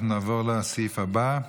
אנחנו נעבור לסעיף הבא,